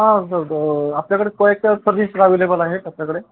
हा सर आपल्याकडे क काय सर्विस अवेलेबल आहेत आपल्याकडे